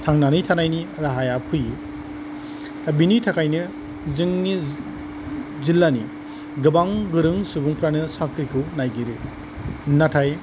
थांनानै थानायनि राहाया फैयो दा बेनिथाखायनो जोंनि जिल्लानि गोबां गोरों सुबुंफोरानो साख्रिखौ नागिरो नाथाय